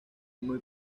muy